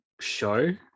show